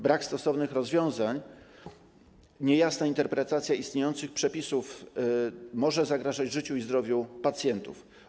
Brak stosownych rozwiązań, niejasna interpretacja istniejących przepisów może zagrażać życiu i zdrowiu pacjentów.